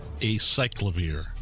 Acyclovir